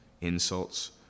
insults